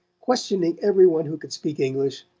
questioning every one who could speak english,